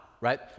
right